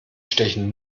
stechen